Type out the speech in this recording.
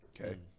Okay